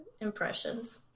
impressions